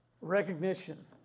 Recognition